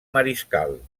mariscal